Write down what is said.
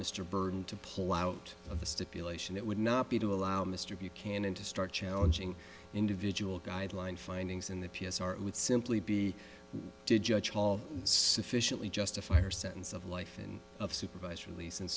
mr burton to pull out of the stipulation that would not be to allow mr buchanan to start challenging individual guideline findings in the p s r it would simply be to judge all sufficiently justifier sentence of life and of supervised release and